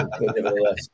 nevertheless